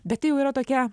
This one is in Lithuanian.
bet tai jau yra tokia